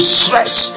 stretch